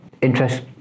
interest